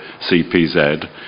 CPZ